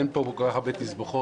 אין פה יותר מדי תסבוכות.